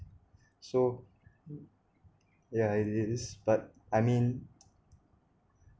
so yeah it is but I mean